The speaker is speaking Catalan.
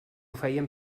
feien